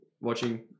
watching